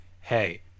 hey